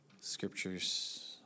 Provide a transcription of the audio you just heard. scriptures